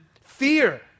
fear